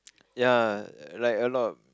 ya like a lot